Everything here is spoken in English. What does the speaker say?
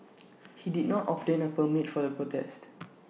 he did not obtain A permit for the protests